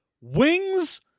wings